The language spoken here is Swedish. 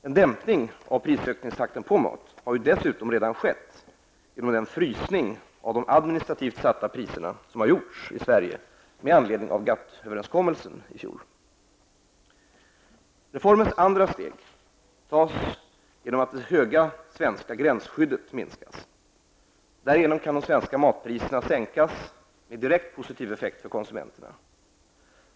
En dämpning av prisökningstakten på mat har dessutom redan skett genom den frysning av de administrativt satta priserna som har gjorts i Reformens andra steg tas genom att det höga svenska gränsskyddet minskas. Därigenom kan de svenska matpriserna sänkas med direkt positiv effekt för konsumenterna.